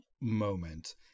moment